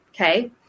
okay